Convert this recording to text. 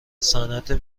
صنعت